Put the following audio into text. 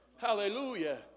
Hallelujah